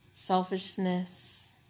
Selfishness